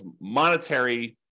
monetary